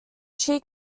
chi